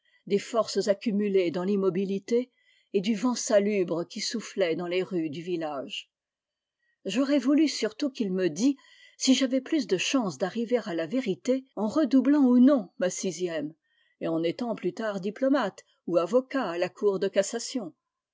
des forces accumulées dans l'immobilité et du vent salubre qui soufflait dans les rues du village j'aurais voulu surtout qu'il me dît si j'avais plus de chance d'arriver à la vérité en redoublant ou non ma sixième et en étant plus tard diplomate ou avocat à la cour de cassation